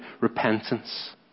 Repentance